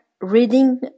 reading